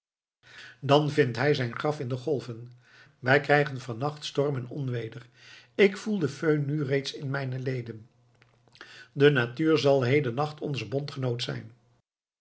dan vindt hij zijn graf in de golven wij krijgen van nacht storm en onweder ik voel de föhn nu reeds in mijne leden de natuur zal heden nacht onze bondgenoot zijn